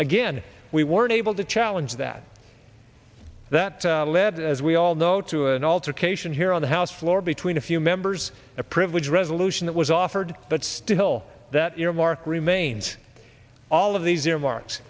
again we weren't able to challenge that that led as we all know to an altercation here on the house floor between a few members a privilege resolution that was offered but still that earmark remains all of these earmark